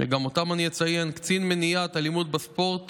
שגם אותם אני אציין, קצין מניעת אלימות בספורט